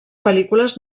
pel·lícules